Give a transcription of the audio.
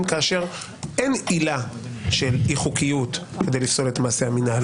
כאשר אין עילה של אי-חוקיות כדי לפסול את מעשה המינהל,